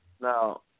Now